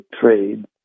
trade